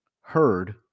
heard